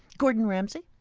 gordon ramsay?